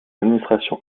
administration